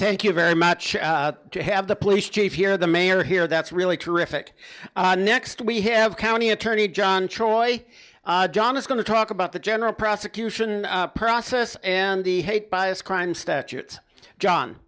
thank you very much to have the police chief here the mayor here that's really terrific next we have county attorney john troy john is going to talk about the general prosecution process and the hate bias crime statute john